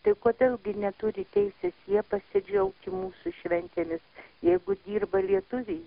tai kodėl gi neturi teisės jie pasidžiaugti mūsų šventėmis jeigu dirba lietuviai